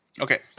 Okay